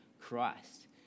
Christ